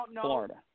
Florida